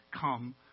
come